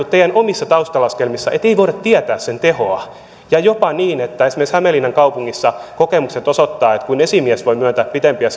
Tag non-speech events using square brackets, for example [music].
[unintelligible] teidän omissa taustalaskelmissanne on arvioitu että ei voida tietää sairauspäiväleikkurin tehoa ja on jopa niin että esimerkiksi hämeenlinnan kaupungissa kokemukset osoittavat että kun esimies voi myöntää pitempiä [unintelligible]